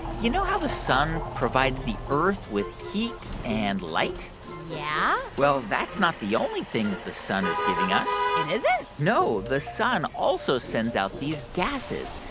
you know how the sun provides the earth with heat and light? yeah well, that's not the only thing that the sun is giving us it isn't? no, the sun also sends out these gases,